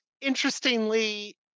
interestingly